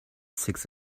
six